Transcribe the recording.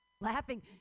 Laughing